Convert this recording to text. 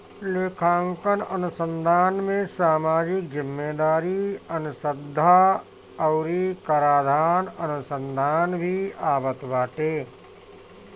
लेखांकन अनुसंधान में सामाजिक जिम्मेदारी अनुसन्धा अउरी कराधान अनुसंधान भी आवत बाटे